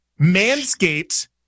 Manscaped